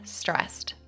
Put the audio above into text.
stressed